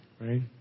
right